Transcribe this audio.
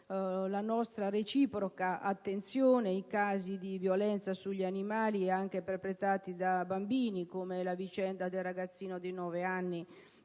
la nostra reciproca attenzione i casi di violenza sugli animali perpetrati anche da bambini, come la vicenda del ragazzino di nove anni